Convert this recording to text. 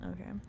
okay